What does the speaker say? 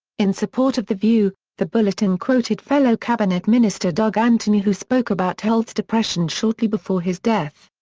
in support of the view, the bulletin quoted fellow cabinet minister doug anthony who spoke about holt's depression shortly before his death.